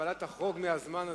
אבל אל תחרוג מהזמן,